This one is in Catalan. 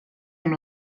amb